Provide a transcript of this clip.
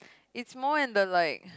it's more in the like